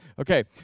okay